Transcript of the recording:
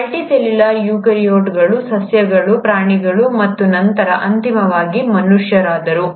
multi cellular ಯೂಕ್ಯಾರಿಯೋಟ್ಗಳು ಸಸ್ಯಗಳು ಪ್ರಾಣಿಗಳು ಮತ್ತು ನಂತರ ಅಂತಿಮವಾಗಿ ಮನುಷ್ಯರಾದರು